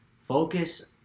Focus